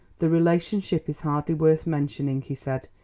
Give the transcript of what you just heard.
the relationship is hardly worth mentioning, he said.